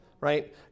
right